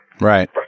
Right